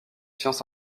sciences